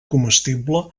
comestible